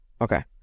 okay